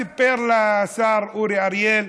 וסיפר לשר אורי אריאל: